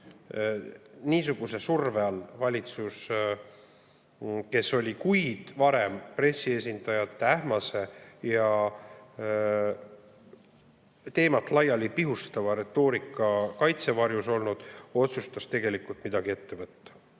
niisuguse surve all, valitsus, kes oli kuid pressiesindajate ähmase ja teemat laiali pihustava retoorika kaitsevarjus olnud, otsustas midagi ette võtta.